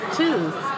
Choose